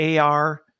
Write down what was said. AR